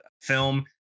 film